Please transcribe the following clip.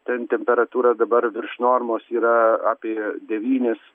ten temperatūra dabar virš normos yra apie devynis